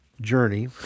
journey